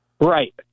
Right